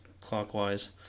clockwise